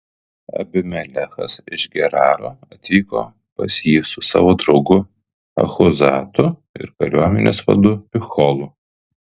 abimelechas iš geraro atvyko pas jį su savo draugu achuzatu ir kariuomenės vadu picholu